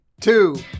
two